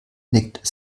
nickt